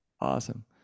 Awesome